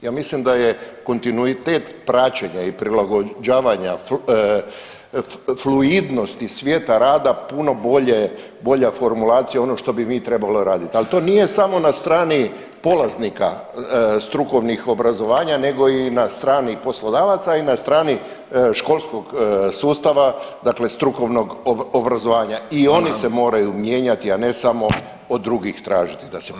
Ja mislim da je kontinuitet praćenja i prilagođavanja fluidnosti svijeta rada puno bolje, bolja formulacija onog što bi mi trebali radit, al to nije samo na strani polaznika strukovnih obrazovanja nego i na strani poslodavaca i na strani školskog sustava, dakle strukovnog obrazovanja i oni se moraju mijenjati, a ne samo od drugih tražiti da se promijene.